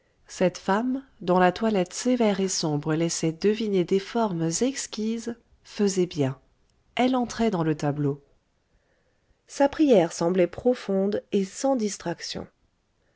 cette femme dont la toilette sévère et sombre laissait donner des formes exquises faisait bien elle entrait dans le tableau sa prière semblait profonde et sans distraction